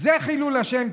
זה חילול השם.